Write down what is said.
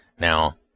Now